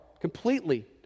completely